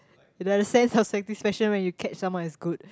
there's a sense of satisfaction when you catch someone is good